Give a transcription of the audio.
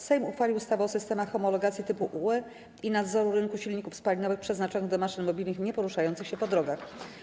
Sejm uchwalił ustawę o systemach homologacji typu UE i nadzoru rynku silników spalinowych przeznaczonych do maszyn mobilnych nieporuszających się po drogach.